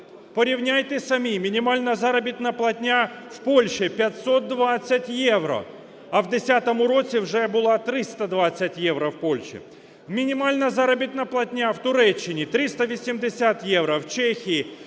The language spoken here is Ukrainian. Порівняйте самі, мінімальна заробітна платня в Польщі – 520 євро, а в 10-му році вже була 320 євро в Польщі. Мінімальна заробітна платня в Туреччині – 380 євро, в Чехії